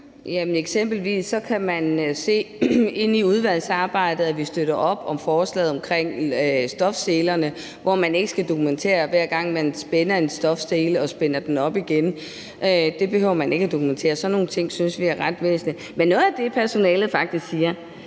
Eksempelvis kan man i udvalgsarbejdet se, at vi støtter op om forslaget omkring stofselerne, hvor man ikke skal dokumentere det, hver gang man spænder en stofsele og spænder den op igen. Sådan nogle ting synes vi er ret væsentlige. Men noget af det, personalet faktisk siger,